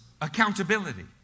accountability